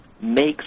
makes